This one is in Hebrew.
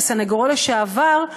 כסנגורו לשעבר,